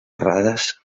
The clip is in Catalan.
errades